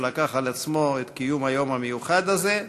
שלקח על עצמו את קיום היום המיוחד הזה.